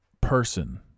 person